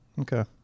Okay